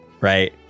right